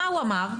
מה הוא אמר?